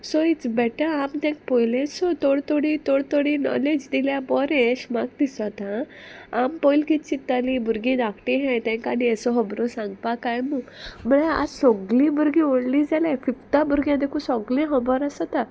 so it's better आम तेंक पोयलें सो थोडी थोडी थोडी थोडी नॉलेज दिल्यार बोरे अेश म्हाका दिसोता आं आम पोयल कित चित्तालीं भुरगीं धाकटी हाय तेंकां न्ही असो होबरो सांगपाक काय म्हूण म्हळ्यार आज सोगलीं भुरगीं व्हडलीं जाल्यार फिफ्ता भुरग्यां तेका सोगलीं खोबोर आसोता